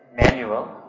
manual